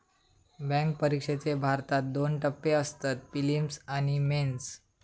bank परिक्षेचे भारतात दोन टप्पे असतत, पिलिम्स आणि मेंस